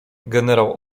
generał